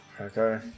Okay